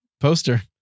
poster